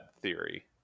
theory